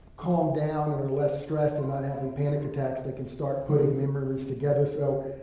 calm down or are less stressed and not having panic attacks, they can start putting memories together, so,